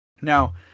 Now